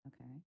okay